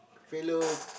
fellow